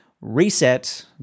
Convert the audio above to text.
reset